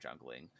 jungling